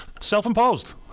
Self-imposed